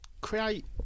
create